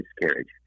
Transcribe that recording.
miscarriage